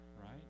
right